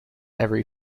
every